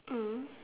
mm